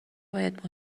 باید